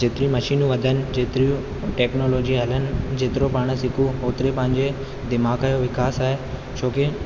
जेतिरियूं मशीनूं वधनि जेतिरियूं टेक्नोलॉजी हलनि जेतिरो पाण सिखूं ओतिरी पंहिंजे दिमाग़ जो विकास आहे छोकी